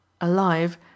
Alive